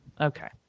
okay